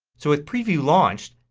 so with preview launched,